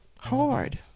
Hard